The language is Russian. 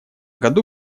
году